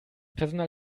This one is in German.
personal